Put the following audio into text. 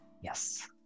Yes